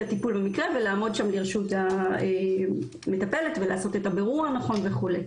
הטיפול במקרה ולעמוד שם לרשות המטפלת ולעשות את הבירור הנכון וכו'.